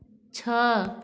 छः